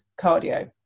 cardio